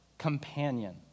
companion